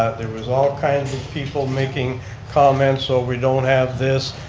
there was all kinds of people making comments, oh, we don't have this,